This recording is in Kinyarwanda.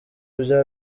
bya